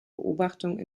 beobachtung